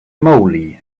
moly